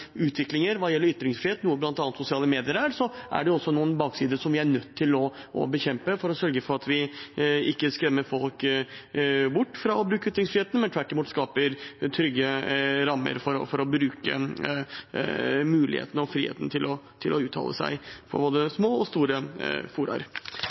hva gjelder ytringsfrihet, noe bl.a. sosiale medier er, er det også noen ulemper som vi er nødt til å bekjempe for å sørge for at vi ikke skremmer folk bort fra å bruke ytringsfriheten, men tvert imot skaper trygge rammer for å bruke muligheten og friheten til å uttale seg